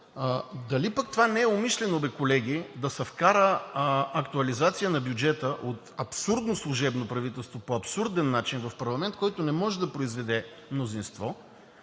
Дали пък това не е умишлено, колеги – да се вкара актуализация на бюджета от абсурдно служебно правителство по абсурден начин в парламент, който не може да произведе мнозинство,